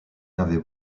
n’avait